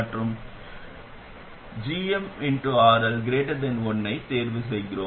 மற்றும் நாம் gmRL 1 ஐ தேர்வு செய்கிறோம்